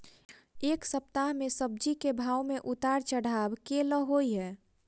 एक सप्ताह मे सब्जी केँ भाव मे उतार चढ़ाब केल होइ छै?